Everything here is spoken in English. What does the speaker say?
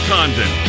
Condon